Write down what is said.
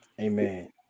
Amen